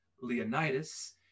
leonidas